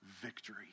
victory